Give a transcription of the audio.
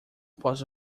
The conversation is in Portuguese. posso